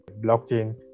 blockchain